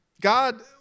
God